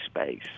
space